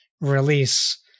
release